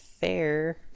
fair